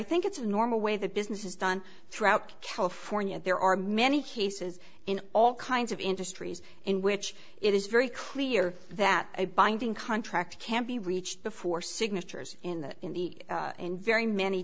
think it's a normal way the business is done throughout california there are many cases in all kinds of industries in which it is very clear that a binding contract can be reached before signatures in the in the in very many